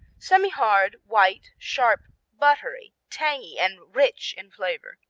semihard white sharp buttery tangy and rich in flavor.